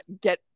get